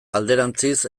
alderantziz